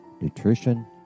nutrition